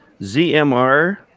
ZMR